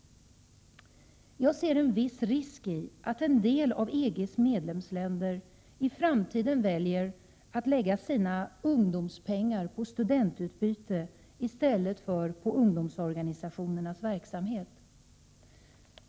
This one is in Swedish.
Jag ser en viss risk i att en del av EG:s medlemsländer i framtiden väljer att lägga sina s.k. ungdomspengar på studentutbyte i stället för på ungdomsorganisationernas verksamhet.